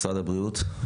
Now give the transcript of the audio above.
משרד הבריאות?